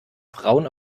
frauen